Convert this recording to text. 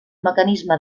mecanisme